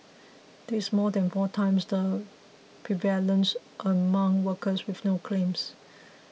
this is more than four times the prevalence among workers with no claims